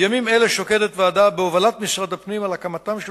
בימים אלה שוקדת ועדה בהובלת משרד הפנים על הקמתם של